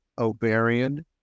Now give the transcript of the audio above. ovarian